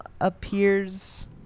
appears